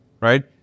right